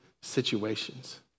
situations